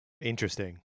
Interesting